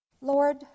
Lord